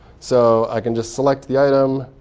so i can just select the item.